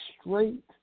straight